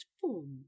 form